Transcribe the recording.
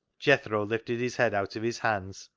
jethro lifted his head out of his hands,